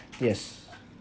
yes